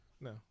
No